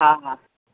हा हा